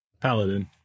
paladin